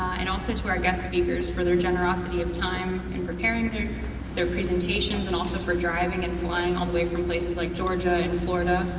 and also to our guest speakers for their generosity of their time and preparing their their presentations, and also for driving and flying all the way from places like georgia and florida.